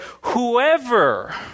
whoever